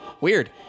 Weird